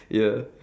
ya